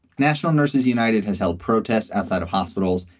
national nurses united has held protests outside of hospitals.